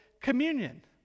communion